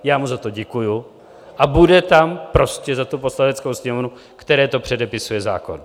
Já mu za to děkuji a bude tam prostě za Poslaneckou sněmovnu, které to předepisuje zákon.